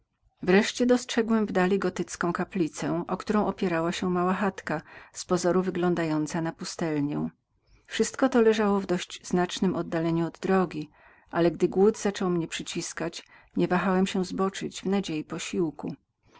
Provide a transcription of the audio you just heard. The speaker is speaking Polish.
wreszcie dostrzegłem wdali gotycką kaplicę o którą opierała się mała chatka z pozoru wyglądająca na pustelnią wszystko to leżało w dość znacznem oddaleniu od wielkiej drogi ale gdy głód zaczął mnie przyciskać niewahałem się zboczyć w nadziei posiłku